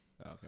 Okay